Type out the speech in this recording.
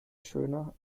schöner